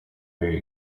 very